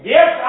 Yes